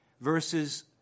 verses